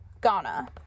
Ghana